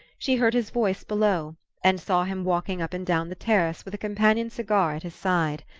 she heard his voice below and saw him walking up and down the terrace with a companion cigar at his side.